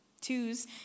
Twos